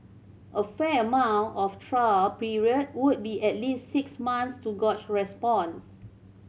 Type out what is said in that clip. a fair amount of trial period would be at least six months to gauge response